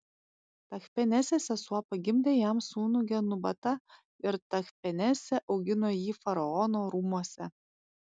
tachpenesės sesuo pagimdė jam sūnų genubatą ir tachpenesė augino jį faraono rūmuose